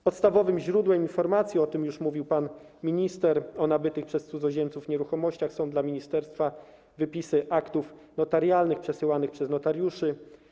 Podstawowym źródłem informacji, o tym już mówił pan minister, o nabytych przez cudzoziemców nieruchomościach są dla ministerstwa wypisy aktów notarialnych przesyłanych przez notariuszy.